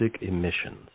emissions